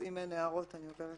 אם אין הערות אני עוברת